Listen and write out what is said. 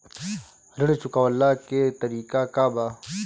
ऋण चुकव्ला के तरीका का बा?